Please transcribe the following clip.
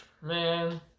Man